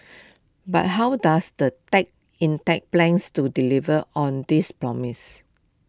but how does the tech in Thai plans to deliver on this promise